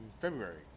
February